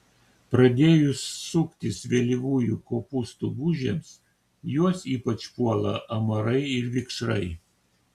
pradėjus suktis vėlyvųjų kopūstų gūžėms juos ypač puola amarai ir vikšrai